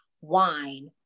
wine